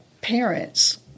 parents